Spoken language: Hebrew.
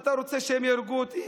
אתה רוצה שהם יהרגו אותי,